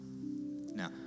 Now